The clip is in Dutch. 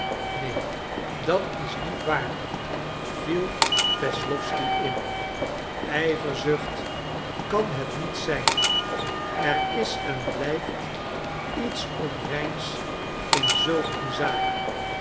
neen dat is niet waar viel wesslowsky in ijverzucht kan het niet zijn er is en blijft iets onreins in zulk een zaak